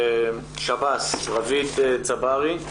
שב"ס, רביד צברי.